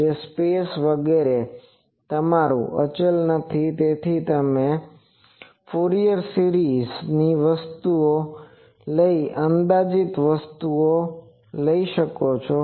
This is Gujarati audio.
જો સ્પેસ વગેરે તમારું અચલ નથી તેથી તમે ફ્યુ ફુરીયર સિરીઝ ની વસ્તુ લઈ અંદાજિત કરી શકો છો અને તે પણ તમે કરી શકો છો